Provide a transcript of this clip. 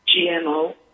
GMO